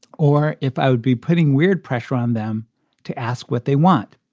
or if i would be putting weird pressure on them to ask what they want.